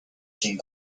came